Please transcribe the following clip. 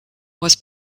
was